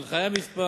הנחיה מס'